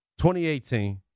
2018